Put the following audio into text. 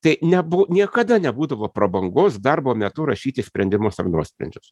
tai nebu niekada nebūdavo prabangos darbo metu rašyti sprendimus ar nuosprendžius